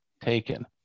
taken